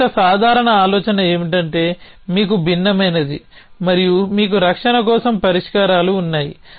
మరింత సాధారణ ఆలోచన ఏమిటంటే మీకు భిన్నమైనది మరియు మీకు రక్షణ కోసం పరిష్కారాలు ఉన్నాయి